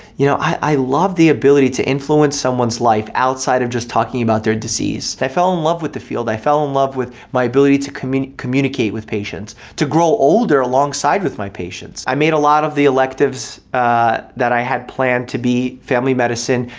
you know, i love the ability to influence someone's life outside of just talking about their disease. i fell in love with the field, i fell in love with my ability to communicate communicate with patients, to grow older alongside with my patients. i made a lot of the electives that i had planned to be family medicine.